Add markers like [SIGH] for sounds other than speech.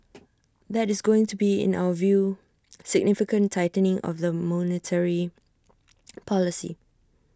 that is going to be in our view significant tightening of the monetary [NOISE] policy